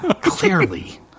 Clearly